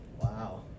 wow